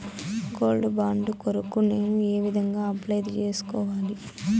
Gold bond కొరకు నేను ఏ విధంగా అప్లై సేసుకోవాలి?